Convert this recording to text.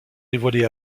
dévoilés